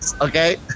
okay